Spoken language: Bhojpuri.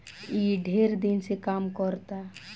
ई ढेर दिन से काम करता